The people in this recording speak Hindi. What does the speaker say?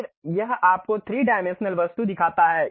फिर यह आपको एक 3 डायमेंशनल वस्तु दिखाता है